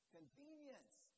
Convenience